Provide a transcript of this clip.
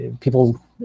people